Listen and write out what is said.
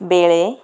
ବେଳେ